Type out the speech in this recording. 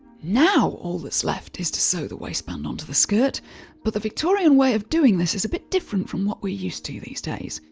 now, all that's left is to sew the waistband onto the skirt but the victorian way of doing this is a bit different from what we're used to these days.